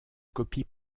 copie